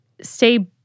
stay